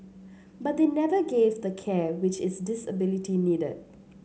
but they never gave the care which its disability needed